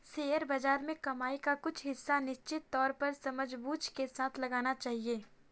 share बाज़ार में कमाई का कुछ हिस्सा निश्चित तौर पर समझबूझ के साथ लगाना चहिये